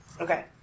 Okay